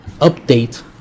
update